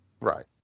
Right